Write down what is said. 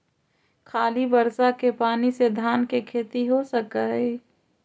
खाली बर्षा के पानी से धान के खेती हो सक हइ?